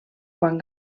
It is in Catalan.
quan